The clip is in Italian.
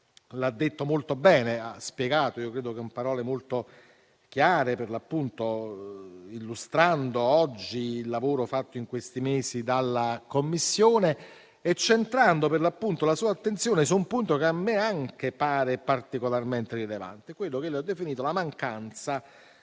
l'ha detto molto bene e ha spiegato con parole molto chiare, illustrando oggi il lavoro fatto in questi mesi dalla Commissione e centrando la sua attenzione su un punto che anche a me pare particolarmente rilevante. Mi riferisco a quello che egli ha definito la mancanza,